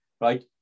right